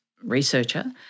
researcher